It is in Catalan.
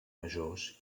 majors